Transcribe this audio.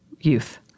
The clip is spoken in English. youth